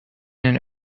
and